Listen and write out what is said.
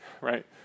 right